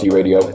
Radio